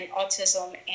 autism